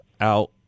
out